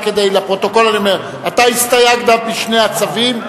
רק לפרוטוקול אני אומר: אתה הסתייגת בשני הצווים,